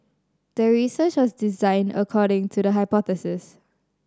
the research was designed according to the hypothesis